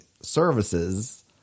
services